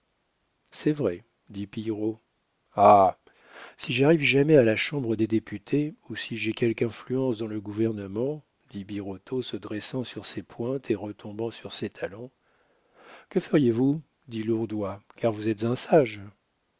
c'est vrai dit pillerault ah si j'arrive jamais à la chambre des députés ou si j'ai quelque influence dans le gouvernement dit birotteau se dressant sur ses pointes et retombant sur ses talons que feriez-vous dit lourdois car vous êtes un sage